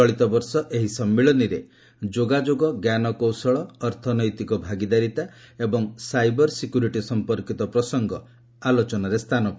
ଚଳିତବର୍ଷ ଏହି ସମ୍ମିଳନୀରେ ଯୋଗାଯୋଗ ଜ୍ଞାନକୌଶଳ ଅର୍ଥନୈତିକ ଭାଗିଦାରିତା ଏବଂ ସାଇବର ସିକ୍ୟୁରିଟି ସଂପର୍କିତ ପ୍ରସଙ୍ଗ ଆଲୋଚନା ହେବ